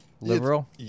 liberal